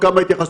מתייחס